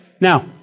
Now